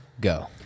Go